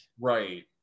Right